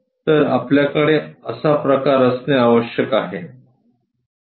तर आपल्याकडे असा प्रकार असणे आवश्यक आहे